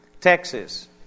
Texas